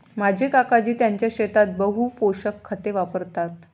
माझे काकाजी त्यांच्या शेतात बहु पोषक खते वापरतात